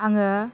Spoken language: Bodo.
आङो